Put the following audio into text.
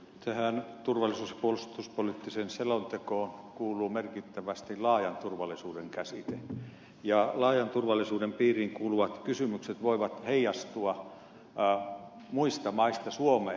tähän turvallisuus ja puolustuspoliittiseen selontekoon kuuluu merkittävästi laajan turvallisuuden käsite ja laajan turvallisuuden piiriin kuuluvat kysymykset voivat heijastua muista maista suomeen